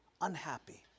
unhappy